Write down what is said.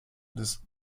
des